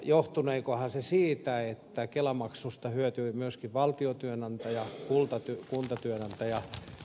johtuneekohan se siitä että kelamaksusta hyötyi myöskin valtiotyönantaja kuntatyönantaja